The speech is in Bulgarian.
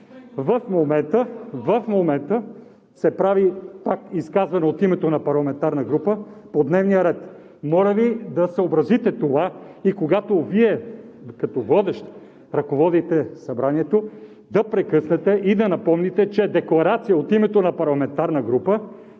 в момента се прави пак изказване от името на парламентарна група по дневния ред. Моля Ви да съобразите това и когато Вие, като водещ, ръководите Събранието, да прекъснете и да напомните, че декларация от името на парламентарна група